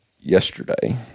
Yesterday